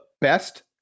best